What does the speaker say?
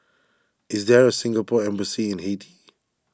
is there a Singapore Embassy in Haiti